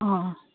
অঁ